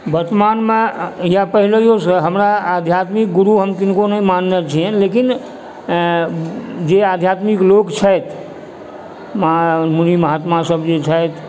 वर्तमानमे या पहिनहो सँ हमरा अध्यात्मिक गुरु हम किनको नहि मानने छियन्हि लेकिन जे अध्यात्मिक लोक छथि मुनि महात्मा सब जे छथि